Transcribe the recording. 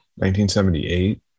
1978